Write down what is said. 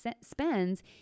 spends